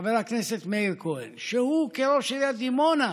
חבר הכנסת מאיר כהן שהוא, כראש עיריית דימונה,